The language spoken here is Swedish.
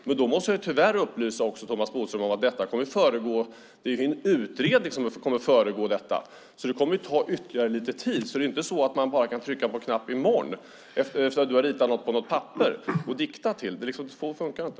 Tyvärr måste jag upplysa Thomas Bodström om att detta kommer att föregås av en utredning, så det kommer att ta ytterligare en tid. Det är inte så att man i morgon kan trycka på en knapp efter det att du ritat något på ett papper och diktat till det. Så fungerar det inte.